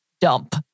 dump